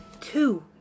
Two